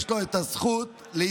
יש לו את הזכות להיבחר,